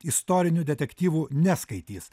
istorinių detektyvų neskaitys